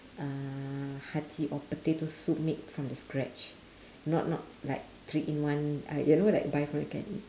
uh hearty or potato soup made from the scratch not not like three in one uh you know like buy from the can